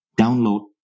download